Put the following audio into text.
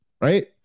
right